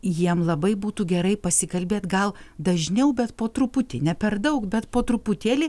jiem labai būtų gerai pasikalbėt gal dažniau bet po truputį ne per daug bet po truputėlį